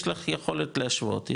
יש לך יכולת להשוות,